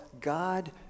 God